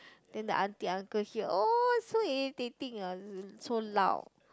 then the aunty uncle hear oh so irritating ah so loud